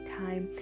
time